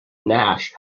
nash